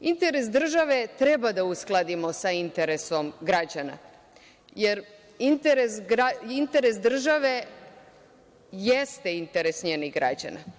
interes države treba da uskladimo sa interesom građana, jer interes države jeste interes njenih građana.